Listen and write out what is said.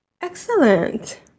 Excellent